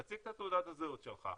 תציג את תעודת הזהות שלך,